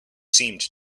seemed